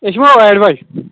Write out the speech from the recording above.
أسۍ یِمو ٲٹھِ بَجہِ